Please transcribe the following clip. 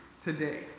today